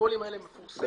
הפרוטוקולים האלה מפורסמים.